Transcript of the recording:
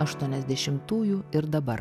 aštuoniasdešimtųjų ir dabar